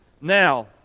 Now